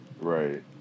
right